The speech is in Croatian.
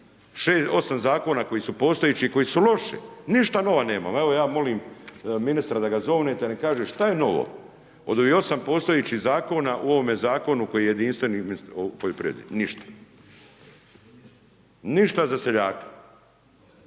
prepisan, 8 zakona koji su postojeći, koji su loši, ništa novo nemamo, evo ja molim ministra da ga zovnete, da im kaže, što je novo, od ovih 8 postojećih zakona, u ovome zakonu koji je jedinstven u poljoprivredi, ništa. Ništa za seljaka.